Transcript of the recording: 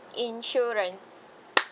insurance